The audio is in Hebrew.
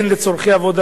הן לצורכי עבודה,